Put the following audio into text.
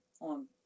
on